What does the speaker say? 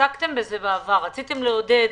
עסקתם בזה בעבר, רציתם לעודד